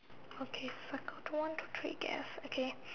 okay so I've got one two three there okay